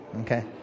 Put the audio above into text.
okay